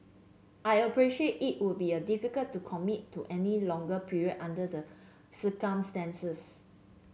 I appreciate it would be a difficult to commit to any longer period under the circumstances